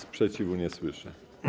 Sprzeciwu nie słyszę.